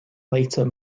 later